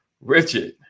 richard